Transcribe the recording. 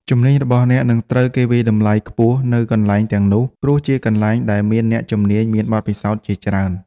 ជំនាញរបស់អ្នកនឹងត្រូវគេវាយតម្លៃខ្ពស់នៅកន្លែងទាំងនោះ ព្រោះជាកន្លែងដែលមានអ្នកជំនាញមានបទពិសោធជាច្រើន។